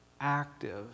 active